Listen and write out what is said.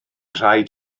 rhaid